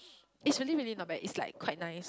it's really really not bad is like quite nice